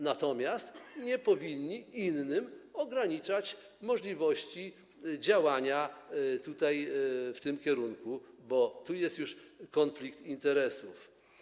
Natomiast nie powinni innym ograniczać możliwości działania w tym kierunku, bo tu jest już konflikt interesów.